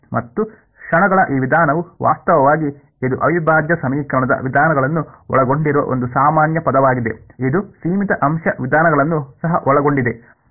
ಮತ್ತು ಕ್ಷಣಗಳ ಈ ವಿಧಾನವು ವಾಸ್ತವವಾಗಿ ಇದು ಅವಿಭಾಜ್ಯ ಸಮೀಕರಣದ ವಿಧಾನಗಳನ್ನು ಒಳಗೊಂಡಿರುವ ಒಂದು ಸಾಮಾನ್ಯ ಪದವಾಗಿದೆ ಇದು ಸೀಮಿತ ಅಂಶ ವಿಧಾನಗಳನ್ನು ಸಹ ಒಳಗೊಂಡಿದೆ